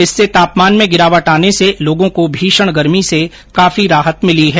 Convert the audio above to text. इससे तापमान में गिरावट आने से लोगों को भीषण गर्मी से काफी राहत मिली है